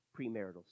premarital